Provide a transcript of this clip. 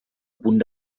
punt